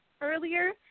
earlier